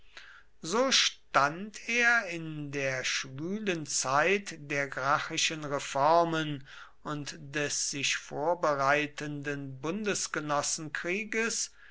so stand er in der schwülen zeit der gracchischen reformen und des sich vorbereitenden